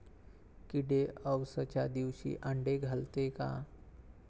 किडे अवसच्या दिवशी आंडे घालते का?